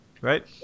Right